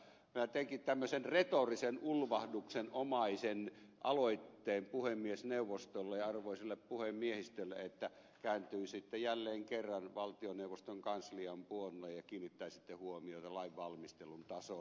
minä teinkin tämmöisen retorisen ulvahduksenomaisen aloitteen puhemiesneuvostolle ja arvoisalle puhemiehistölle että kääntyisitte jälleen kerran valtioneuvoston kanslian puoleen ja kiinnittäisitte huomiota lainvalmistelun tasoon